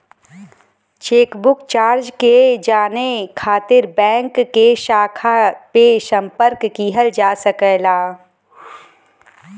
chequebook charge के जाने खातिर बैंक के शाखा पे संपर्क किहल जा सकला